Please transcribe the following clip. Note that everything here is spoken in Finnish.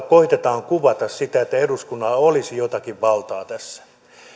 koetetaan kuvata sitä että eduskunnalla olisi jotakin valtaa tässä